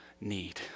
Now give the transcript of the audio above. need